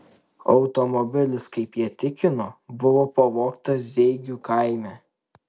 automobilis kaip jie tikino buvo pavogtas zeigių kaime